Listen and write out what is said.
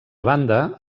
banda